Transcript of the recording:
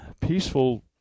peaceful